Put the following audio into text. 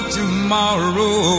tomorrow